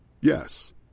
Yes